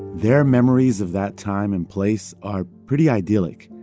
their memories of that time and place are pretty idyllic.